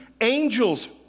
angels